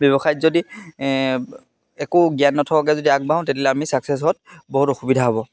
ব্যৱসায়ত যদি একো জ্ঞান নথকাকৈ যদি আগবাঢ়ো তেতিয়াহ'লে আমি ছাকচেছত বহুত অসুবিধা হ'ব